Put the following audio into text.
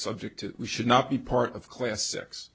subject to we should not be part of class